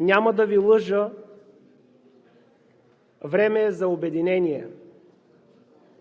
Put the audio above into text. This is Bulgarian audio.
Няма да Ви лъжа – време е за обединение,